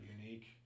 unique